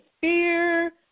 fear